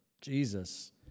Jesus